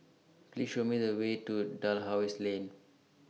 Please Show Me The Way to Dalhousie Lane